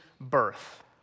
birth